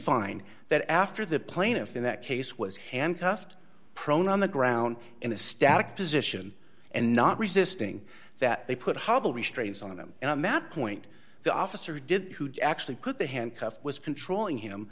find that after the plaintiff in that case was handcuffed prone on the ground in a static position and not resisting that they put horrible restraints on him and a mad point the officer did actually put the handcuffs was controlling him